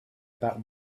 about